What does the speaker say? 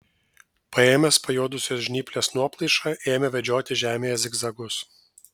paėmęs pajuodusios žnyplės nuoplaišą ėmė vedžioti žemėje zigzagus